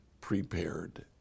prepared